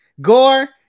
Gore